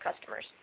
customers